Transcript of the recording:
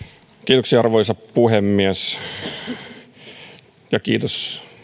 hyvä arvoisa puhemies kiitos